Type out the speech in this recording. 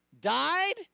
died